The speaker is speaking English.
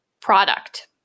product